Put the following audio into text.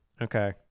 Okay